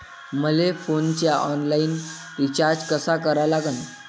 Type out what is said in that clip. मले फोनचा online recharge कसा करा लागन?